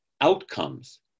outcomes